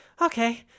okay